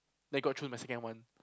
then got through my second one